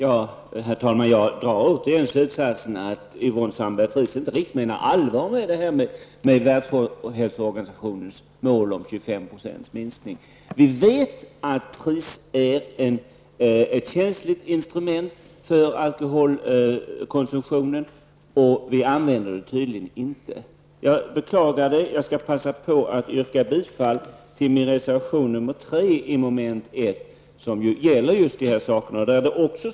Herr talman! Jag drar återigen slutsatsen att Världshälsoorganisationens mål på allvar. Det handlar då om en minskning av alkoholkonsumtionen med 25 %. Vi vet att prissättningen är ett känsligt instrument när det gäller alkoholkonsumtionen -- ett instrument som vi tydligen inte använder oss av. Detta beklagar jag. Sedan vill jag passa på och yrka bifall till den reservation som jag står bakom och som gäller mom. 1. Den här reservationen handlar just om nämnda saker.